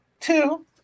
Two